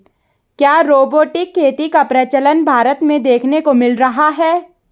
क्या रोबोटिक खेती का प्रचलन भारत में देखने को मिल रहा है?